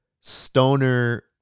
stoner